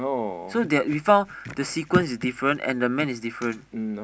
we found the sequence and the man is difference